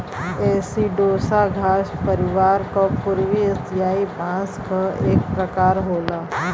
एसिडोसा घास परिवार क पूर्वी एसियाई बांस क एक प्रकार होला